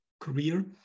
Career